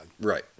Right